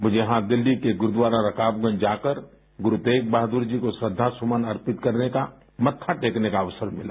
मुझे यहाँ दिल्ली के गुरुद्वारा रकाबगंज जाकर गुरु तेग बहादुर जी को श्रद्धा सुमन अर्पित करने का मत्था टेकने का अवसर मिला